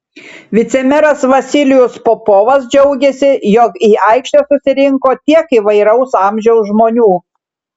vicemeras vasilijus popovas džiaugėsi jog į aikštę susirinko tiek įvairaus amžiaus žmonių